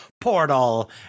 portal